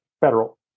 federal